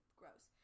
gross